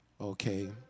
Okay